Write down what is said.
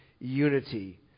unity